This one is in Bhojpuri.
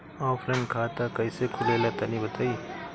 ऑफलाइन खाता कइसे खुलेला तनि बताईं?